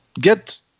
get